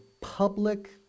public